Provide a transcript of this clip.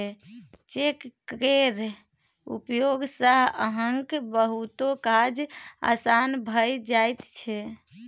cheque केर उपयोग सँ अहाँक बहुतो काज आसान भए जाइत छै